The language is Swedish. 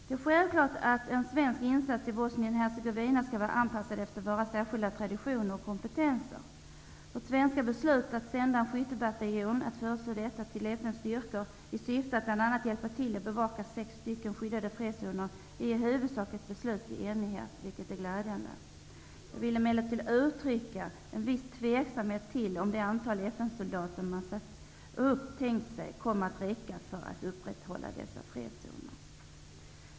Det är självklart att en svensk insats i Bosnien Hercegovina skall vara anpassad efter vår särskilda tradition och kompetens. Det svenska beslutet att föreslå en skyttebataljon såsom en FN-styrka i syfte att bl.a. hjälpa till och bevaka sex stycken skyddade fredszoner är i huvudsak ett beslut i enighet, vilket är glädjande. Jag vill emellertid uttrycka en viss tveksamhet till om det antal FN-soldater man har tänkt sig kommer att räcka för att upprätthålla dessa fredszoner.